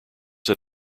that